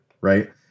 right